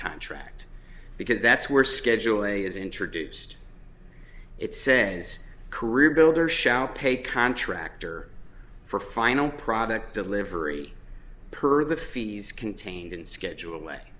contract because that's where schedule a is introduced it says career builder shall pay contractor for final product delivery per the fees contained in schedule way